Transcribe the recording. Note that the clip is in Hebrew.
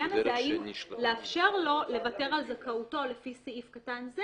השאלה אם לאפשר לו לוותר על זכאותו לפי סעיף קטן זה